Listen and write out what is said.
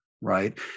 right